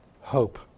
hope